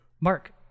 Mark